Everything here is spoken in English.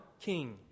king